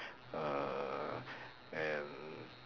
err and